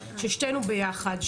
של שתינו ביחד,